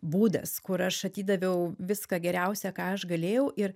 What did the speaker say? būdas kur aš atidaviau viską geriausia ką aš galėjau ir